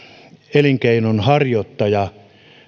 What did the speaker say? elinkeinonharjoittajan